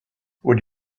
would